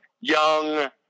young